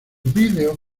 vídeos